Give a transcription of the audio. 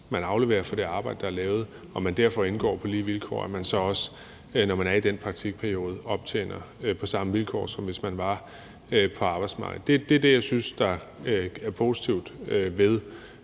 man afleverer for det arbejde, der er lavet, og derfor indgår på lige vilkår, så også, når man er i den praktikperiode, optjener på samme vilkår, som hvis man var på arbejdsmarkedet. Det er det, jeg synes er positivt ved